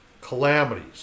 calamities